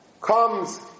comes